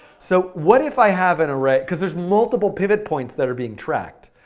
so what if i have an array, cause there's multiple pivot points that are being tracked.